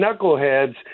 knuckleheads